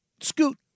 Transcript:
Scoot